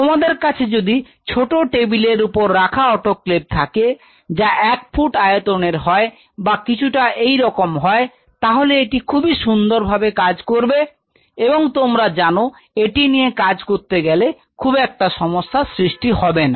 তোমাদের কাছে যদি ছোট টেবিলের উপর রাখা অটোক্লেভ থাকে যা এক ফুট আয়তনের হয় বা কিছুটা এই রকম হয় তাহলে এটি খুবই সুন্দরভাবে কাজ করবে এবং তোমরা জানো এটি নিয়ে কাজ করতে গেলে খুব একটা সমস্যা সৃষ্টি হবে না